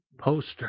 poster